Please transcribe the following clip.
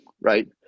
Right